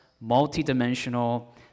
multi-dimensional